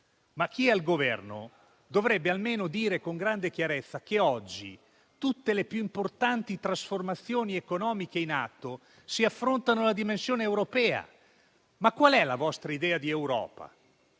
Chi è al Governo dovrebbe almeno dire con grande chiarezza che oggi tutte le più importanti trasformazioni economiche in atto si affrontano con la dimensione europea. Ma qual è la vostra idea di Europa?